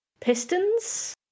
Pistons